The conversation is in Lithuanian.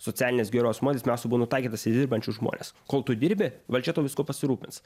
socialinės gerovės modelis pirmiausia buvo nutaikytas į dirbančius žmones kol tu dirbi valdžia tau viskuo pasirūpins